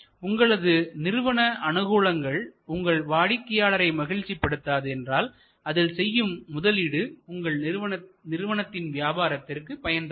உங்களது நிறுவன அனுகூலங்கள் உங்கள் வாடிக்கையாளரை மகிழ்ச்சிபடுத்தாது என்றால் அதில் செய்யும் முதலீடு உங்கள் நிறுவனத்தின் வியாபாரத்திற்கு பயன்தராது